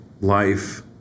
life